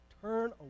Turn